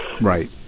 right